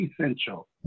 essential